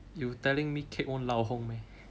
you telling me cake won't lao hong meh